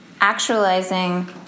actualizing